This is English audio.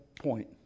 point